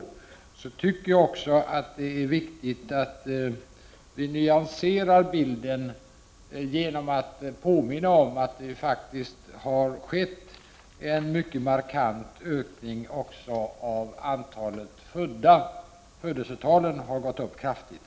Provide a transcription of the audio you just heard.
Ändå tycker jag att det är viktigt att nyansera bilden genom att påminna om att det faktiskt har skett en mycket markant ökning också av antalet födda. Födelsetalen har ju gått upp kraftigt.